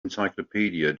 encyclopedia